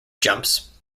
jumps